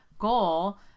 goal